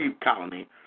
colony